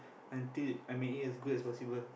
until I made it as good as possible